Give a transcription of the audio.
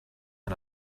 and